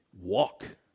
walk